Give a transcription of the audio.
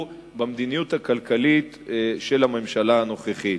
במדיניות הכלכלית של הממשלה הנוכחית.